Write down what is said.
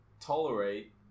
tolerate